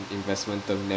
investment term